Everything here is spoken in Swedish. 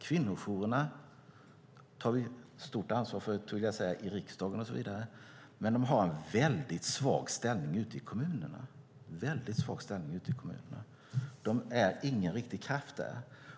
Kvinnojourerna tar vi stort ansvar för, vill jag säga, i riksdagen och så vidare. Men de har en svag ställning ute i kommunerna. De är ingen riktig kraft där.